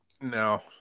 No